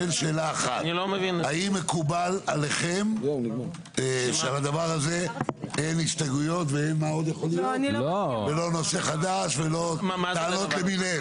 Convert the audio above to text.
האם מקובל עליכם שעל זה אין הסתייגויות ולא נושא חדש ולא טענות למיניהן?